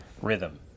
rhythm